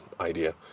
idea